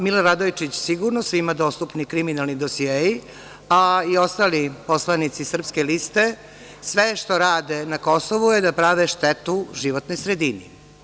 Mile Radojčić, sigurno, svima dostupni kriminalni dosijei, a i ostali poslanici Srpske liste, sve što rade na Kosovu je da prave štetu životnoj sredini.